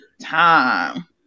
time